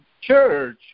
church